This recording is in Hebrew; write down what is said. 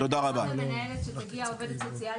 ביקשה המנהלת שתגיע העובדת הסוציאלית,